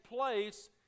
place